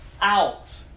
out